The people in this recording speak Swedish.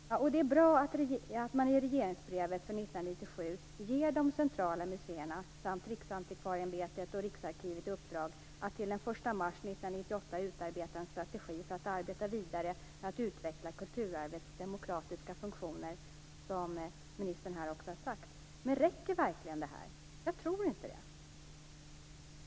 Det är bra att man i regleringsbrevet för 1997 ger de centrala museerna samt Riksantikvarieämbetet och Riksarkivet i uppdrag att till den 1 mars 1998 utarbeta en strategi för att arbeta vidare med att utveckla kulturarvets demokratiska funktioner. Det har ju ministern här också sagt. Men räcker verkligen det? Jag tror inte det.